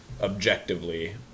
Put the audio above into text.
objectively